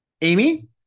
Amy